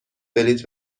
بلیط